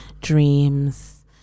dreams